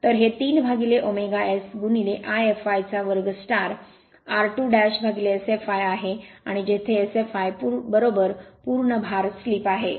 तर हे 3ω S I fl2 r2Sfl आहे आणि जेथे Sfl पूर्ण भार स्लिप आहे